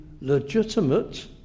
legitimate